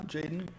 Jaden